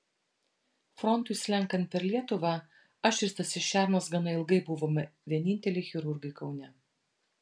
frontui slenkant per lietuvą aš ir stasys šernas gana ilgai buvome vieninteliai chirurgai kaune